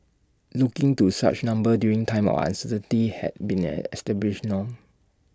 looking to such numbers during times of uncertainty has been an established norm